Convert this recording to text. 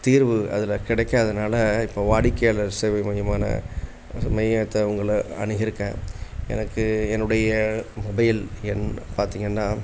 தீர்வு அதில் கிடைக்காததினால இப்போ வாடிக்கையாளர் சேவை மையமான மையத்தை உங்களை அணுகியிருக்கேன் எனக்கு என்னுடைய மொபைல் எண் பார்த்தீங்கன்னா